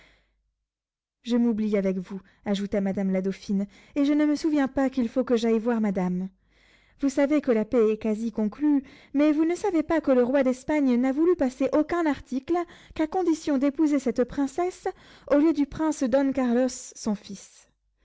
je m'oublie avec vous ajouta madame la dauphine et je ne me souviens pas qu'il faut que j'aille voir madame vous savez que la paix est quasi conclue mais vous ne savez pas que le roi d'espagne n'a voulu passer aucun article qu'à condition d'épouser cette princesse au lieu du prince don carlos son fils